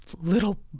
little